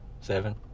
seven